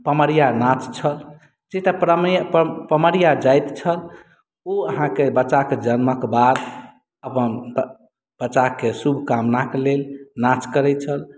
पमरिया नाच छल से तऽ प्रमेय पमरिया जाइत छल ओ अहाँके बच्चाक जन्मक बाद अपन बच्चाके शुभकामनाक लेल नाच करैत छल